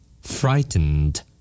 Frightened